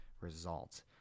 result